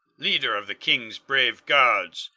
leader of the king's brave guards,